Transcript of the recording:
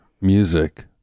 music